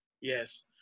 Yes